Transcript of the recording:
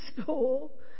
School